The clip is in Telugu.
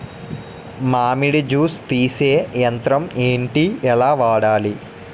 మామిడి జూస్ తీసే యంత్రం ఏంటి? ఎలా వాడాలి?